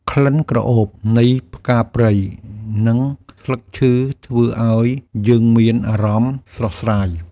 ក្លិនក្រអូបនៃផ្កាព្រៃ និងស្លឹកឈើធ្វើឱ្យយើងមានអារម្មណ៍ស្រស់ស្រាយ។